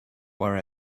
worry